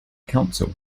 council